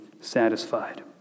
satisfied